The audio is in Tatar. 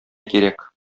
кирәк